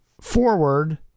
forward